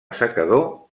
assecador